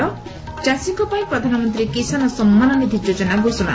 ଚାଷୀଙ୍କ ପାଇଁ ପ୍ରଧାନମନ୍ତୀ କିଷାନ ସମ୍ମାନ ନିଧି ଯୋଜନା ଘୋଷଣା